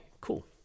Cool